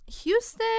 Houston